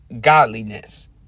godliness